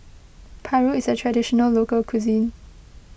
Paru is a Traditional Local Cuisine